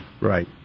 Right